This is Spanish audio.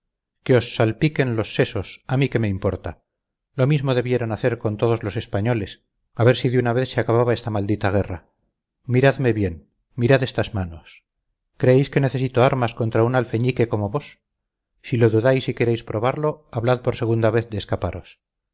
que os salpiquen los sesos a mí qué me importa lo mismo debieran hacer con todos los españoles a ver si de una vez se acababa esta maldita guerra miradme bien mirad estas manos creéis que necesito armas contra un alfeñique como vos si lo dudáis y queréis probarlo hablad por segunda vez de escaparos